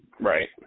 right